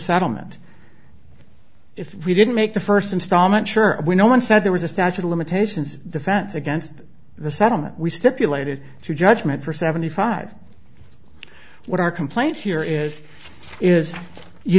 settlement if we didn't make the first installment sure we know one said there was a statute of limitations defense against the settlement we stipulated to judgment for seventy five what our complaint here is is you